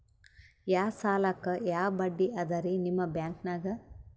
ಯಾ ಸಾಲಕ್ಕ ಯಾ ಬಡ್ಡಿ ಅದರಿ ನಿಮ್ಮ ಬ್ಯಾಂಕನಾಗ?